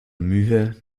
mühe